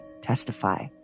testify